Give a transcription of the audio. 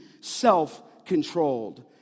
self-controlled